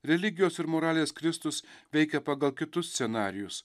religijos ir moralės kristus veikia pagal kitus scenarijus